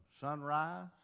sunrise